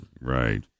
Right